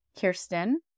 Kirsten